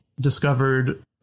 discovered